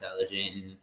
intelligent